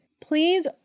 Please